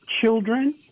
children